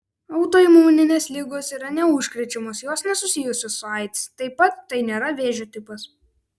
autoimuninės ligos yra neužkrečiamos jos nesusijusios su aids taip pat tai nėra vėžio tipas